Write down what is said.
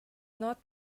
not